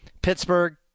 Pittsburgh